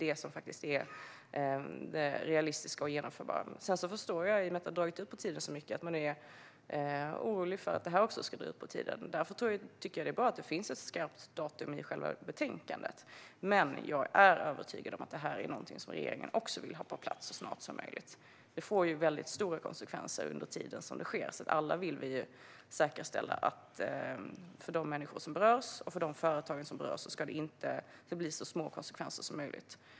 Det är realistiskt och genomförbart. Genom att arbetet har dragit ut på tiden så mycket förstår jag att man är orolig för att även det här arbetet ska dra ut på tiden. Därför är det bra att det finns ett skarpt datum i betänkandet. Men jag är övertygad om att regeringen också vill ha denna lagstiftning på plats så snart som möjligt. Det blir stora konsekvenser under tiden som arbetet sker. Alla vill vi säkerställa att för de människor och företag som berörs ska det bli så små konsekvenser som möjligt.